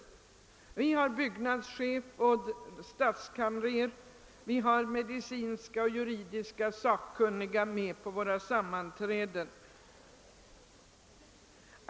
Vi har t.ex. byggnadschef och stadskamrer, juridiska och medicinska sakkunniga närvarande vid våra sammanträden.